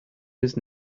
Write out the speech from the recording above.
his